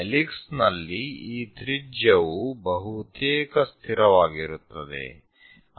ಹೆಲಿಕ್ಸ್ನಲ್ಲಿ ಈ ತ್ರಿಜ್ಯವು ಬಹುತೇಕ ಸ್ಥಿರವಾಗಿರುತ್ತದೆ